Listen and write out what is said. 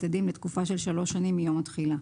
אדים לתקופה של שלוש שנים מיום התחילה.